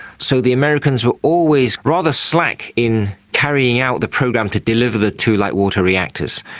so the americans were always rather slack in carrying out the program to deliver the two light water reactors.